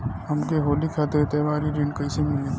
हमके होली खातिर त्योहारी ऋण कइसे मीली?